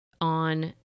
on